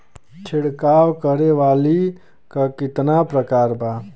छिड़काव करे वाली क कितना प्रकार बा?